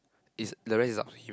it's the rest is up to you